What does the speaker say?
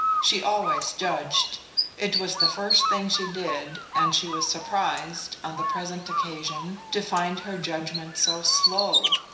she always judged it was the first thing she did, and she was surprised, on the present occasion, to find her judgment so slow.